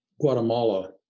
Guatemala